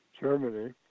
Germany